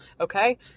Okay